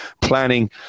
planning